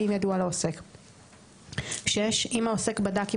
אם ידוע לעוסק,(6) אם העוסק בדק עם